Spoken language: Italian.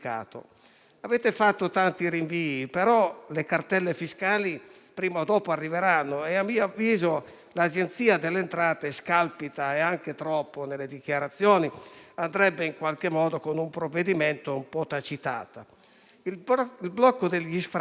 Avete fatto tanti rinvii, però le cartelle fiscali prima o dopo arriveranno e, a mio avviso, l'Agenzia delle entrate scalpita - e anche troppo - nelle dichiarazioni. Andrebbe in qualche modo tacitata con un provvedimento. Il blocco degli sfratti